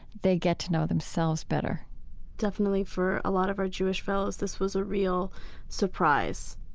they get to know themselves better definitely, for a lot of our jewish fellows, this was a real surprise.